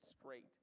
straight